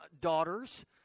daughters